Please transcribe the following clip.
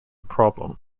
problem